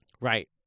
Right